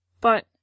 But